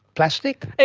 plastic?